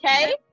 Okay